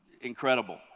incredible